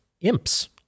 imps